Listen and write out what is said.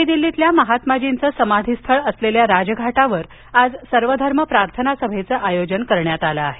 नवी दिल्लीतल्या महात्माजींचं समाधीस्थळ असलेल्या राजघाटावर आज सर्वधर्म प्रार्थनासभेचं आयोजन करण्यात आलं आहे